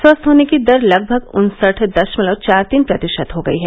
स्वस्थ होने की दर लगभग उन्सठ दशमलव चार तीन प्रतिशत हो गई है